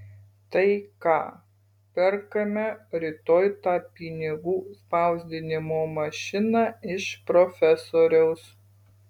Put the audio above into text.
tai ką perkame rytoj tą pinigų spausdinimo mašiną iš profesoriaus